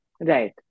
right